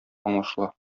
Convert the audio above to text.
аңлашыла